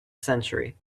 century